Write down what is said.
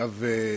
דרך אגב,